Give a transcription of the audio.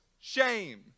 shame